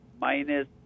minus